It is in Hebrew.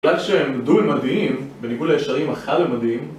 בגלל שהם דו-מימדיים, בניגוד לישרים החד-מימדיים